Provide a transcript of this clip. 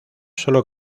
sólo